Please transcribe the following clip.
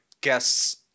guests